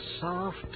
soft